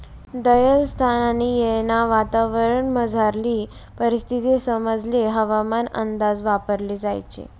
देयेल स्थान आणि येळना वातावरणमझारली परिस्थिती समजाले हवामानना अंदाज वापराले जोयजे